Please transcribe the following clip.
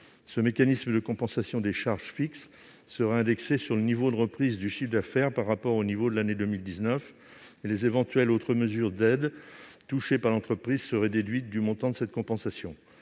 Ce mécanisme de compensation des charges fixes serait indexé sur le niveau de reprise du chiffre d'affaires par rapport au niveau de l'année 2019, les éventuelles autres mesures d'aides touchées par l'entreprise seraient déduites du montant de cette compensation.